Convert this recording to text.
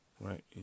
Right